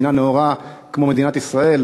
מדינה נאורה כמו מדינת ישראל,